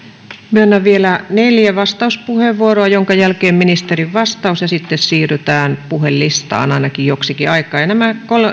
myönnän vielä neljä vastauspuheenvuoroa joiden jälkeen ministerin vastaus ja sitten siirrytään puhelistaan ainakin joksikin aikaa nämä